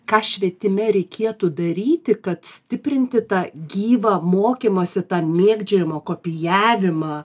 ką švietime reikėtų daryti kad stiprinti tą gyvą mokymosi tą mėgdžiojamo kopijavimą